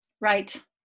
Right